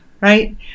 right